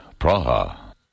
Praha